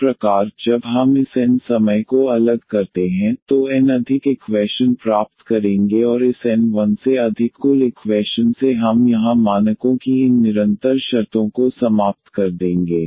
इस प्रकार जब हम इस n समय को अलग करते हैं तो n अधिक इक्वैशन प्राप्त करेंगे और इस n 1 से अधिक कुल इक्वैशन ों से हम यहाँ मानकों की इन निरंतर शर्तों को समाप्त कर देंगे